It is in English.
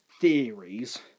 theories